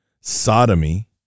sodomy